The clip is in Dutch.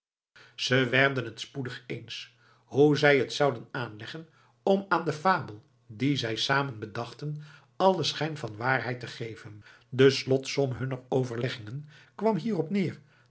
ze werden t spoedig eens hoe zij het zouden aanleggen om aan de fabel die zij samen bedachten allen schijn van waarheid te geven de slotsom hunner overleggingen kwam hierop neer